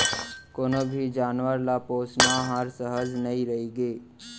कोनों भी जानवर ल पोसना हर सहज नइ रइगे